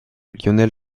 lionel